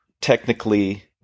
technically